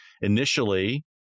Initially